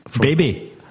Baby